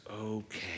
okay